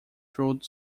through